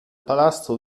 palazzo